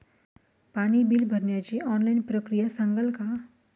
पाणी बिल भरण्याची ऑनलाईन प्रक्रिया सांगाल का?